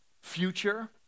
future